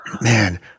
man